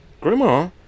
grandma